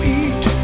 eat